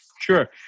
Sure